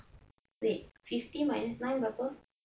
wait fifty minus nine berapa